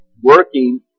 working